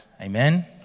Amen